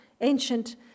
ancient